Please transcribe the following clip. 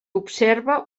observa